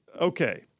Okay